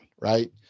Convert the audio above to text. right